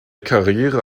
karriere